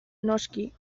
noski